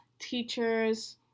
teachers